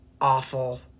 awful